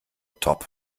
top